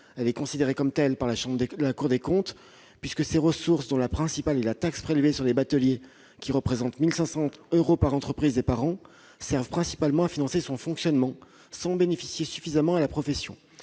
elle est considérée comme telle par la Cour des comptes -, puisque ses ressources, dont la principale d'entre elles est la taxe prélevée sur les bateliers, qui représente 1 500 euros par entreprise et par an, servent principalement à financer son fonctionnement, sans bénéficier suffisamment à la profession.